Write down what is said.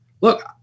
look